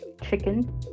chicken